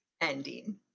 ending